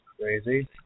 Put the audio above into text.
crazy